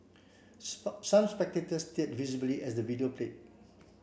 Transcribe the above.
some spectators teared visibly as the video play